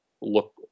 look